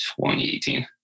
2018